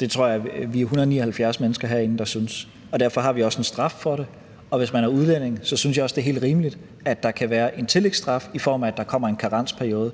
Det tror jeg vi er 179 mennesker herinde der synes, og derfor har vi også en straf for det, og hvis man er udlænding, synes jeg også, det er helt rimeligt, at der kan være en tillægsstraf, i form af at der kommer en karensperiode,